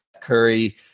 Curry